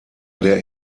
der